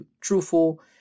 truthful